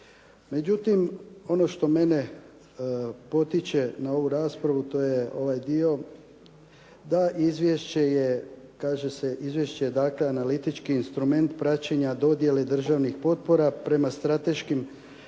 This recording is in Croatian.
Međutim ono što mene potiče na ovu raspravu to je ovaj dio da izvješće je, kaže se izvješće je dakle analitički instrument praćenja dodjele državnih potpora prema strateškim